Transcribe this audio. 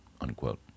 unquote